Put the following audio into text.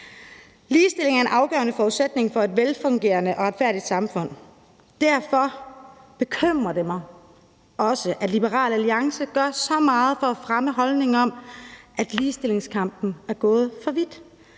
Ligestilling er en afgørende forudsætning for et velfungerende og retfærdigt samfund. Derfor bekymrer det mig også, at Liberal Alliance gør så meget for at fremme holdningen om, at ligestillingskampen er gået for vidt,